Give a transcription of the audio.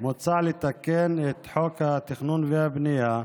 מוצע לתקן את חוק התכנון והבנייה,